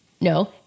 No